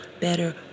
better